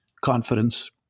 confidence